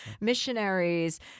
missionaries